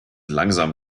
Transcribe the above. langsam